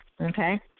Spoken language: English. Okay